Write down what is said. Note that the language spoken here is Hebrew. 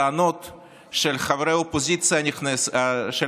כל כך הרבה טענות של חברי האופוזיציה היוצאת